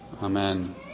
Amen